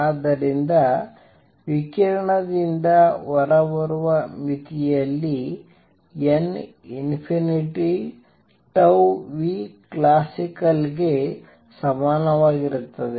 ಆದ್ದರಿಂದ ವಿಕಿರಣದಿಂದ ಹೊರಬರುವ ಮಿತಿಯಲ್ಲಿ n →∞ classicalಗೆ ಸಮಾನವಾಗಿರುತ್ತದೆ